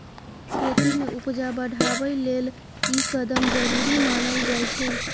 खेती में उपजा बढ़ाबइ लेल ई कदम जरूरी मानल जाइ छै